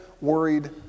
worried